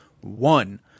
one